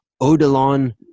Odilon